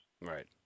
Right